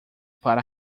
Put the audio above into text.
para